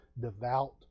devout